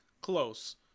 close